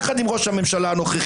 יחד עם ראש הממשלה הנוכחי,